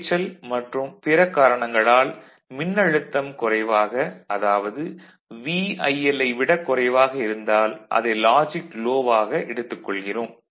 இரைச்சல் மற்றும் பிற காரணங்களால் மின்னழுத்தம் குறைவாக அதாவது VIL ஐ விட குறைவாக இருந்தால் அதை லாஜிக் லோ வாக எடுத்துக் கொள்கிறோம்